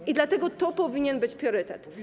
I dlatego to powinien być priorytet.